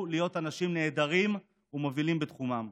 להיות אנשים נהדרים ומובילים בתחומם.